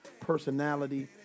personality